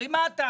הרי מה הטענה?